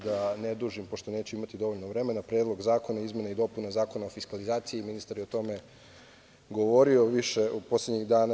Da ne dužim, pošto neću imati dovoljno vremena, Predlog zakona o izmeni i dopuni Zakona o fiskalizaciji, ministar je o tome govorio više u poslednjih dana.